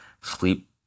sleep